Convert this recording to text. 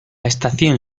estación